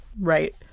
right